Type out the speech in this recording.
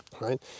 right